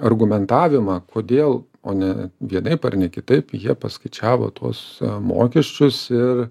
argumentavimą kodėl o ne vienaip ar kitaip jie paskaičiavo tuos mokesčius ir